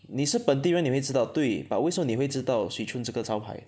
你是本地人你会知道对 but 为什么你会知道 Swee-Choon 这个招牌